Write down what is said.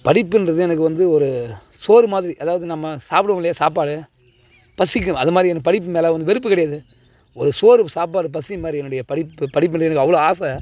படிப்புன்றது எனக்கு வந்து ஒரு சோறு மாதிரி அதாவது நம்ம சாப்பிடுவோம் இல்லையா சாப்பாடு பசிக்கும் அதுமாதிரி எனக்கு படிப்பு மேலே எனக்கு வெறுப்பு கிடையாது ஒரு சோறு சாப்பாடு பசி மாதிரி என்னுடைய படிப்பு படிப்புன்றது எனக்கு அவ்வளோ ஆசை